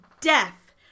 death